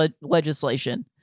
legislation